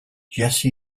jesse